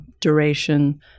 duration